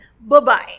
Bye-bye